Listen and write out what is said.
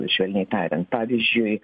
švelniai tariant pavyzdžiui